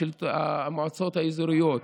המועצות האזוריות,